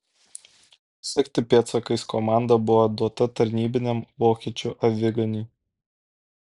sekti pėdsakais komanda buvo duota tarnybiniam vokiečių aviganiui